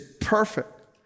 perfect